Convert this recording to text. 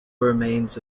remains